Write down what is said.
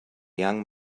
young